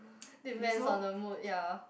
depends on the mood ya